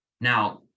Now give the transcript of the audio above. Now